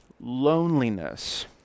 loneliness